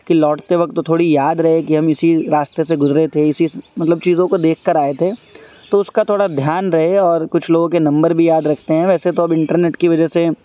کہ لوٹتے وقت تھوڑی یاد رہے کہ ہم اسی راستے سے گزرے تھے اسی مطلب چیزوں کو دیکھ کر آئے تھے تو اس کا تھوڑا دھیان رہے اور کچھ لوگوں کے نمبر بھی یاد رکھتے ہیں ویسے تو اب انٹرنیٹ کی وجہ سے